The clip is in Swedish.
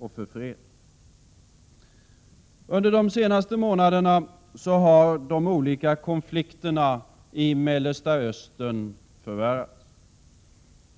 och fred. Under de senaste månaderna har de olika konflikterna i Mellersta Östern förvärrats.